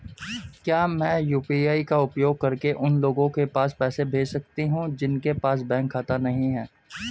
क्या मैं यू.पी.आई का उपयोग करके उन लोगों के पास पैसे भेज सकती हूँ जिनके पास बैंक खाता नहीं है?